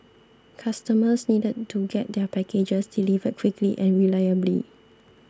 customers needed to get their packages delivered quickly and reliably